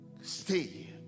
stay